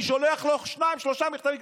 אני שולח לו שניים-שלושה מכתבים,